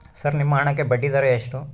Sir ನಿಮ್ಮ ಹಣಕ್ಕೆ ಬಡ್ಡಿದರ ಎಷ್ಟು?